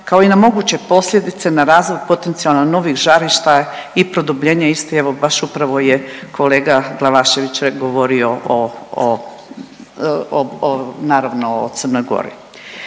kao i na moguće posljedice na razvoj potencijalno novih žarišta i produbljenja iste. Evo baš upravo je kolega Glavašević govorio o naravno o Crnoj Gori.